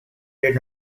did